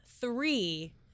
three